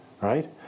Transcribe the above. right